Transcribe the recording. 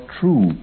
true